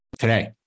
today